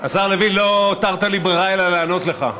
השר לוין, לא הותרת לי ברירה אלא לענות לך.